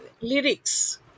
lyrics